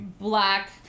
black